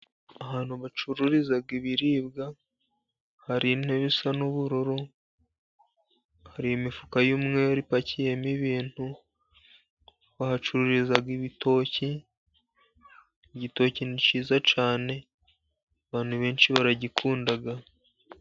Ahantu bacururiza ibiribwa. hari intebe isa n'ubururu, hari imifuka y'umweru ipakiyemo ibintu. Bahacururiza ibitoki igitoki ni cyiza cyane abantu benshi baragikunda.